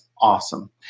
awesome